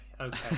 okay